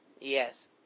Yes